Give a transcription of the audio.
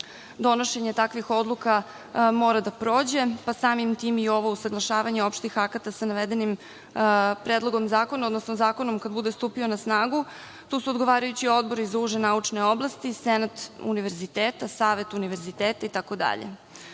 donošenje takvih odluka mora da prođe, pa samim tim i ovo usaglašavanje opštih akta sa navedenim predlogom zakona, odnosno zakonom kad bude stupio na snagu. Tu su odgovarajući odbori za uže naučne oblasti, senat univerziteta, savet univerziteta i